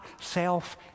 self